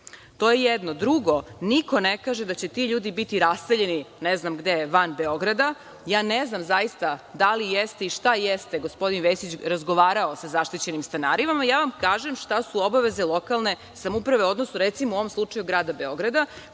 da rešavate. Drugo, niko ne kaže da će ti ljudi biti raseljeni, ne znam gde, van Beograda. Ne znam zaista da li jeste i šta jeste gospodin Vesić razgovarao sa zaštićenim stanarima, ja vam kažem šta su obaveze lokalne samouprave, odnosno u recimo, u ovom slučaju Grada Beograda